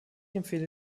empfehle